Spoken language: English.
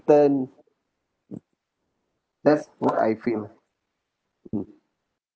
that's what I feel mm